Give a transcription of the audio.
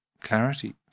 clarity